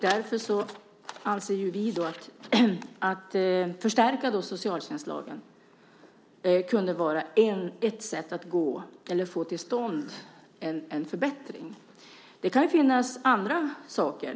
Därför anser vi att man bör förstärka socialtjänstlagen. Det kunde vara ett sätt att gå för att få till stånd en förbättring. Det kan finnas andra saker.